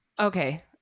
okay